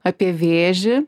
apie vėžį